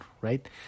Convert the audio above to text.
Right